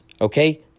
Okay